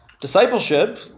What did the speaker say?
discipleship